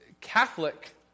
Catholic